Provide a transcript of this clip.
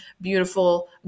beautiful